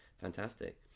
Fantastic